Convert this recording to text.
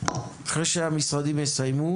אחרי שהמשרדים יסיימו